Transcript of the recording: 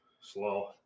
slow